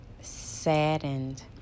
saddened